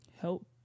help